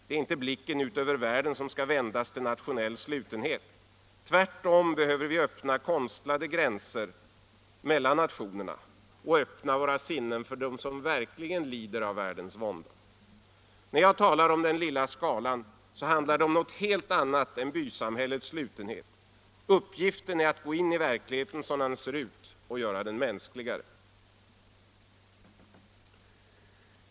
Det är inte blicken ut över världen som skall vändas till nationell slutenhet. Tvärtom behöver vi öppna konstlade gränser mellan nationerna och öppna våra sinnen för dem som verkligen lider av världens vånda. När jag talar om den lilla skalan, handlar det om något helt annat än bysamhällets slutenhet. Uppgiften är att gå in i verkligheten sådan den ser ut och göra den mänskligare.